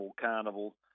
Carnival